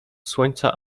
słońca